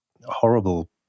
horrible